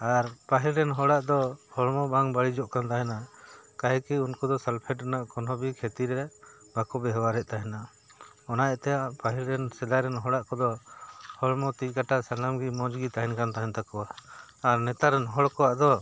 ᱟᱨ ᱯᱟᱹᱦᱤᱞ ᱨᱮᱱ ᱦᱚᱲᱟᱜ ᱫᱚ ᱦᱚᱲᱢᱚ ᱵᱟᱝ ᱵᱟᱹᱲᱤᱡᱚᱜ ᱠᱟᱱ ᱛᱟᱦᱮᱱᱟ ᱠᱟᱭᱠᱤ ᱩᱱᱠᱩ ᱫᱚ ᱥᱟᱞᱯᱷᱮᱴ ᱨᱮᱱᱟᱜ ᱠᱚᱱᱚᱜᱤ ᱠᱷᱮᱛᱤᱨᱮ ᱵᱟᱠᱚ ᱵᱮᱣᱦᱟᱨᱮᱫ ᱛᱟᱦᱮᱱᱟ ᱚᱱᱟ ᱤᱭᱟᱹᱛᱮ ᱯᱟᱹᱦᱤᱞ ᱨᱮᱱ ᱥᱮᱫᱟᱭ ᱨᱮᱱ ᱦᱚᱲᱟᱜ ᱠᱚᱫᱚ ᱦᱚᱲᱢᱚ ᱛᱤ ᱠᱟᱴᱟ ᱥᱟᱱᱟᱢ ᱜᱮ ᱢᱚᱡᱽ ᱜᱮ ᱛᱟᱦᱮᱱ ᱠᱟᱱ ᱛᱟᱦᱮᱱ ᱛᱟᱠᱚᱣᱟ ᱟᱨ ᱱᱮᱛᱟᱨ ᱨᱮᱱ ᱦᱚᱲ ᱠᱚᱣᱟᱜ ᱫᱚ